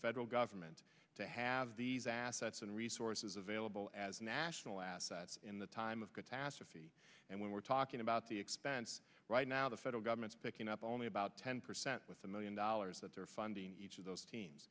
federal government to have these assets and resources available as national assets in the time of catastrophe and when we're talking about the expense right now the federal government's picking up only about ten percent with a million dollars that they're funding each of those teams